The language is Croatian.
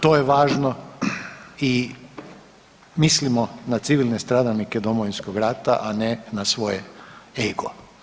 To je važno i mislimo na civilne stradalnike Domovinskog rata a ne na svoj ego.